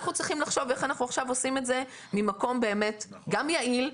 אנחנו צריכים לחשוב איך אנחנו עכשיו עושים את זה ממקום באמת גם יעיל,